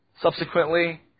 Subsequently